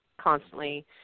constantly